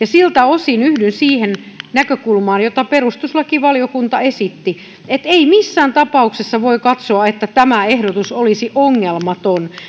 siltä osin yhdyn siihen näkökulmaan jota perustuslakivaliokunta esitti että ei missään tapauksessa voi katsoa että tämä ehdotus olisi ongelmaton